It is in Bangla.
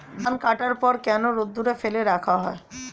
ধান কাটার পর রোদ্দুরে কেন ফেলে রাখা হয়?